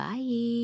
Bye